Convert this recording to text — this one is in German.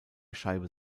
scheibe